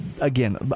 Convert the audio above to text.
again